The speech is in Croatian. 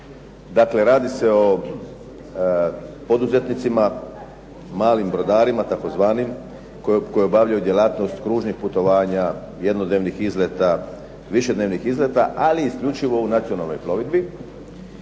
Dakle radi se o poduzetnicima, malim brodarima tzv. koji obavljaju djelatnost kružnih putovanja jednodnevnih izleta, višednevnih izleta ali isključivo u nacionalnoj plovidbi